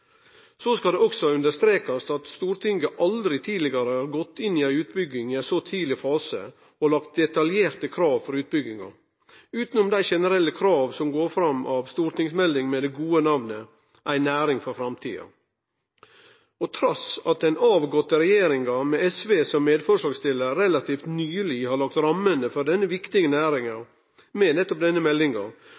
Så skal det også understrekast at Stortinget aldri tidlegare har gått inn i ei utbygging i ein så tidleg fase og lagt detaljerte krav for utbygginga, utanom dei generelle krava som går fram av stortingsmeldinga med det gode namnet En næring for framtida. Trass i at den førre regjeringa med SV som medforslagsstillar relativt nyleg har lagt rammene for denne viktige næringa med nettopp denne meldinga,